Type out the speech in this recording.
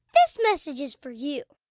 this message is for you